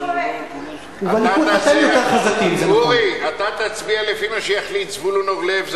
אתה תצביע לפי מה שיחליט זבולון אורלב,